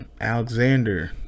Alexander